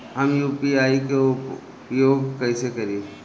हम यू.पी.आई के उपयोग कइसे करी?